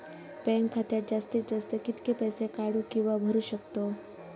Bank खात्यात जास्तीत जास्त कितके पैसे काढू किव्हा भरू शकतो?